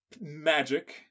magic